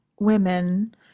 women